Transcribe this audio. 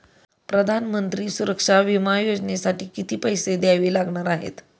प्रधानमंत्री सुरक्षा विमा योजनेसाठी किती पैसे द्यावे लागणार आहेत?